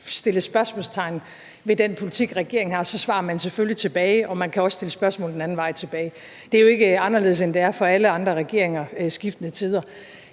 stilles spørgsmål til den politik, regeringen har, svarer man selvfølgelig, og man kan også stille spørgsmål den anden vej. Det er jo ikke anderledes, end det har været for alle andre regeringer gennem tiden.